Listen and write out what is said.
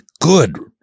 good